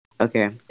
Okay